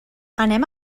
anem